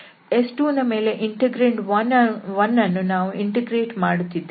S2 ನ ಮೇಲೆ integrand 1 ಅನ್ನು ನಾವು ಇಂಟೆಗ್ರೇಟ್ ಮಾಡುತ್ತಿದ್ದೇವೆ